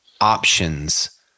options